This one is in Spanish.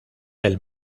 del